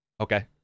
Okay